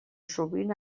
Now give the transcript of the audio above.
sovint